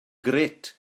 grêt